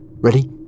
Ready